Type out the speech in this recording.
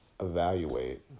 Evaluate